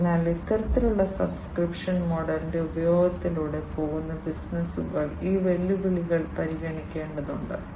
അതിനാൽ ഇത്തരത്തിലുള്ള സബ്സ്ക്രിപ്ഷൻ മോഡലിന്റെ ഉപയോഗത്തിലൂടെ പോകുന്ന ബിസിനസുകൾ ഈ വെല്ലുവിളികൾ പരിഗണിക്കേണ്ടതുണ്ട്